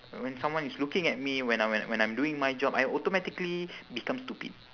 when someone is looking at me when I when I when I'm doing my job I automatically become stupid